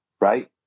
right